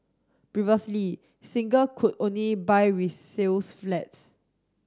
previously single could only buy resales flats